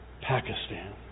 Pakistan